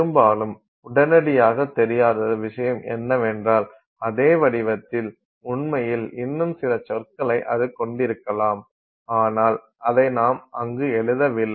பெரும்பாலும் உடனடியாகத் தெரியாதது விஷயம் என்னவென்றால் அதே வடிவத்தில் உண்மையில் இன்னும் சில சொற்களைக் அது கொண்டிருக்கலாம் ஆனால் அதை நாம் அங்கு எழுதவில்லை